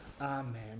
Amen